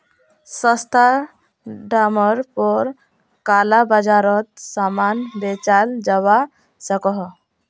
सस्ता डामर पोर काला बाजारोत सामान बेचाल जवा सकोह